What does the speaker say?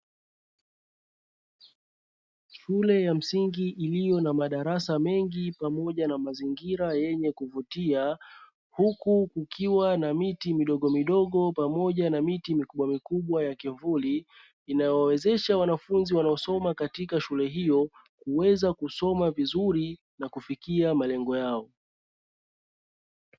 Shule ya msingi iliyo na madarasa mengi pamoja na mazingira yenye kuvutia huku kukiwa na miti midogo midogo pamoja na miti mikubwa mikubwa ya kivuli inayowezesha wanafunzi wanao soma katika shule hiyo kuweza kusoma vizuri na kufikia malengo yao.